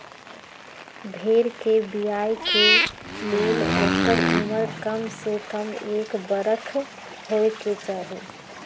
भेड़ कें बियाय के लेल ओकर उमर कमसे कम एक बरख होयके चाही